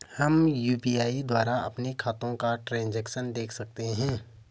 हम यु.पी.आई द्वारा अपने खातों का ट्रैन्ज़ैक्शन देख सकते हैं?